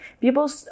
People